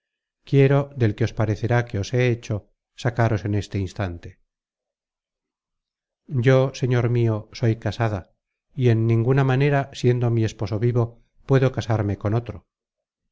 quiero del que os parecerá que os he hecho sacaros en este instante yo señor mio soy casada y en ninguna manera siendo mi esposo vivo puedo casarme con otro